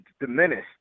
diminished